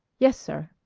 yes, sir.